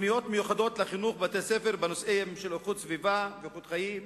תוכניות מיוחדות לחינוך בבתי-ספר בנושאים של איכות סביבה ואיכות חיים,